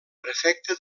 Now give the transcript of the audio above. prefecte